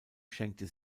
schenkte